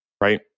Right